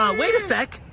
um wait a sec!